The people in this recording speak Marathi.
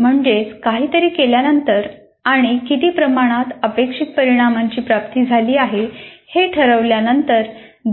म्हणजेच काहीतरी केल्यानंतर आणि किती प्रमाणात अपेक्षित परिणामांची प्राप्ती झाली आहे हे ठरवल्यानंतर